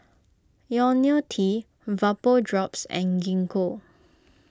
Ionil T Vapodrops and Gingko